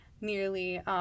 Nearly